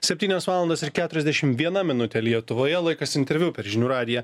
septynios valandos ir keturiasdešimt viena minutė lietuvoje laikas interviu per žinių radiją